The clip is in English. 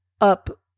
up